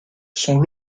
sont